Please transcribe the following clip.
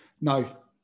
No